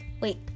wait